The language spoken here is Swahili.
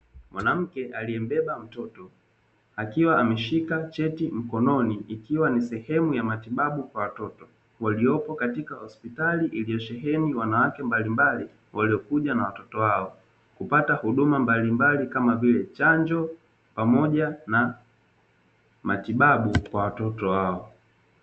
Mwanamke aliyembeba mtoto akiwa ameshika cheti mikononi, ikiwa ni sehemu ya matibabu kwa watoto waliopo katika hospitali iliyosheheni wanawake mbalimbali waliokuja na watoto wao kupata huduma mbalimbali, kama vile chanjo pamoja na matibabu kwa watoto wao.